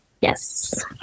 Yes